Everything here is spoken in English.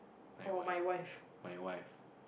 my wife my wife